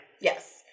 Yes